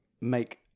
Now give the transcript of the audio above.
make